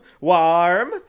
warm